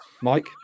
Mike